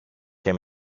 και